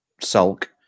sulk